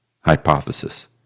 Hypothesis